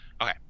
Okay